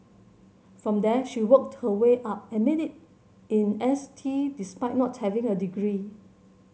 from there she worked her way up and made it in S T despite not having a degree